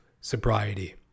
sobriety